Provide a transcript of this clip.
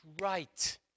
right